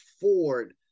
Ford